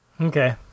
Okay